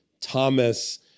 Thomas